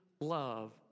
love